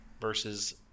versus